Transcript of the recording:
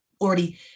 already